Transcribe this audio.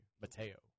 Mateo